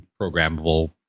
programmable